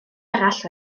arall